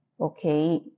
Okay